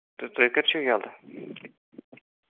تہٕ تُہۍ کَر چھِو یلہٕ